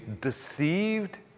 deceived